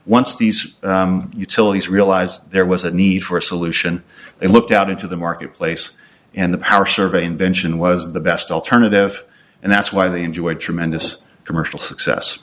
once these utilities realized there was a need for a solution they looked out into the marketplace and the power survey invention was the best alternative and that's why they enjoyed tremendous commercial success